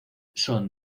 son